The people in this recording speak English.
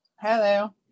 Hello